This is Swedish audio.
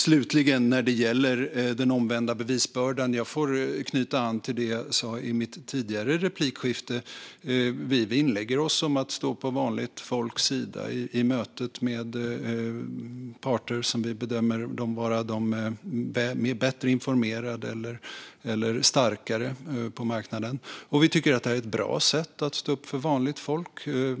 När det slutligen gäller den omvända bevisbördan får jag knyta an till det jag sa i mitt tidigare replikskifte. Vi vinnlägger oss om att stå på vanligt folks sida i mötet med parter som vi bedömer vara de bättre informerade eller starkare på marknaden. Vi tycker att det är ett bra sätt att stå upp för vanligt folk.